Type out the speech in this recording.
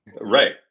Right